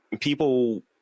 people